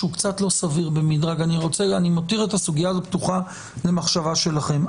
אני מותיר את הסוגיה פתוחה למחשבה שלכם,